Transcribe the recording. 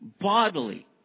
Bodily